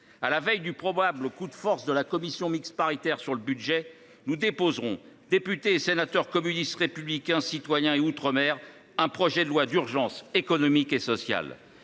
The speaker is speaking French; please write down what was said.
À la veille du probable coup de force de la commission mixte paritaire (CMP) sur le budget, nous déposerons, députés et sénateurs communistes républicains citoyens et d’outre mer un projet de loi d’urgence économique et sociale,